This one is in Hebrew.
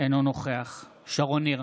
אינו נוכח שרון ניר,